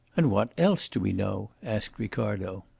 and what else do we know? asked ricardo.